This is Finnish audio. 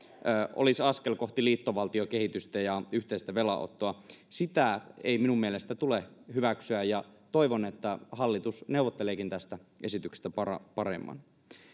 olisi askel kohti liittovaltiokehitystä ja yhteistä velanottoa sitä ei minun mielestäni tule hyväksyä ja toivon että hallitus neuvotteleekin tästä esityksestä paremman paremman